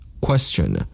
Question